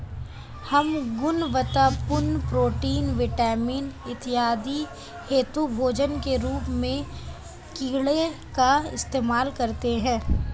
हम गुणवत्तापूर्ण protein, vitamin इत्यादि हेतु भोजन के रूप में कीड़े का इस्तेमाल करते हैं